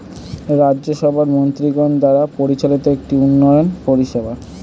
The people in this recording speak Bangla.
রাজ্য সভা মন্ত্রীগণ দ্বারা পরিচালিত একটি উন্নয়ন পরিষেবা